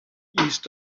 east